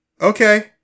Okay